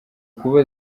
kuba